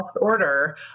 order